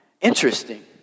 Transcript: Interesting